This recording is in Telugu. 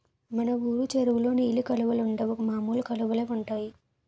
మన వూరు చెరువులో నీలి కలువలుండవు మామూలు కలువలే ఉంటాయి